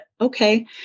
okay